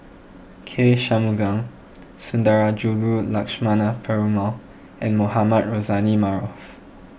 K Shanmugam Sundarajulu Lakshmana Perumal and Mohamed Rozani Maarof